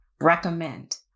recommend